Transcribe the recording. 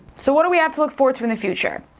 so, what do we have to look forward to in the future?